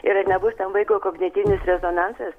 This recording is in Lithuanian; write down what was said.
ir ar nebus ten vaikui kognityvinis rezonansas